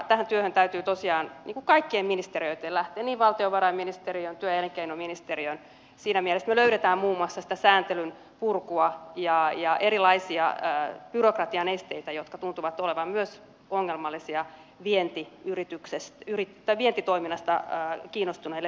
tähän työhön täytyy tosiaan kaikkien ministeriöitten lähteä niin valtiovarainministeriön kuin työ ja elinkeinoministeriön siinä mielessä että me löydämme muun muassa sitä sääntelyn purkua ja erilaisia byrokratian esteitä jotka tuntuvat olevan myös ongelmallisia vientitoiminnasta kiinnostuneille yrittäjille